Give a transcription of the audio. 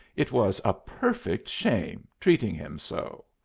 it was a perfect shame, treating him so.